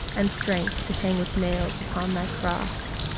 and strength to hang with nails upon thy cross.